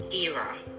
era